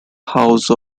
house